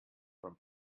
from